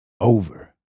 over